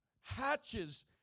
hatches